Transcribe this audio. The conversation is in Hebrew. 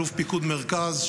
אלוף פיקוד מרכז,